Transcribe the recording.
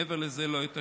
מעבר לזה לא היו שינויים.